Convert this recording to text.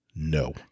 No